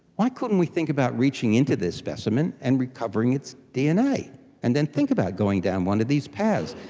why couldn't we think about reaching into this specimen and recovering its dna and then think about going down one of these paths?